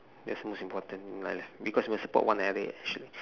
that's most important in life because when support one having a